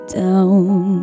down